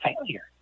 failure